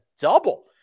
double